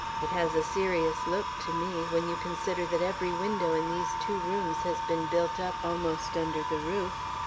it has a serious look to me, when you consider that every window in these two rooms has been built up almost under the roof.